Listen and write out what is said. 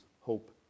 hope